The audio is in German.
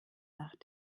nach